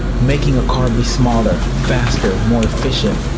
making a car be smaller, faster, more efficient.